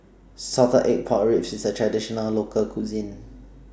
Salted Egg Pork Ribs IS A Traditional Local Cuisine